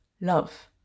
love